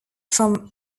from